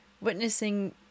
witnessing